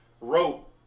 wrote